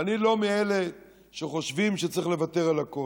ואני לא מאלה שחושבים שצריך לוותר על הכול,